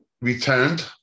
returned